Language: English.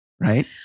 Right